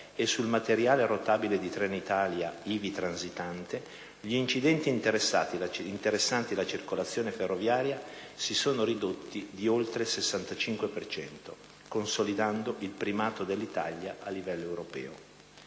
e sul materiale rotabile di Trenitalia ivi transitante, gli incidenti interessanti la circolazione ferroviaria si sono ridotti di oltre il 65 per cento, consolidando il primato dell'Italia a livello europeo.